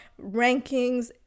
rankings